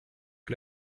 que